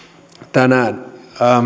tänään